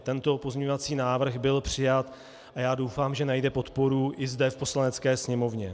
Tento pozměňovací návrh byl přijat a já doufám, že najde podporu i zde v Poslanecké sněmovně.